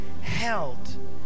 held